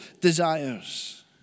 desires